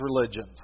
religions